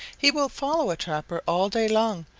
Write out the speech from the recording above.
he will follow a trapper all day long,